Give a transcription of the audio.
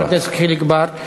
תודה רבה לחבר הכנסת חיליק בר.